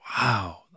Wow